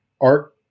art